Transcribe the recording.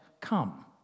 come